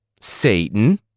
Satan